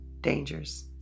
dangers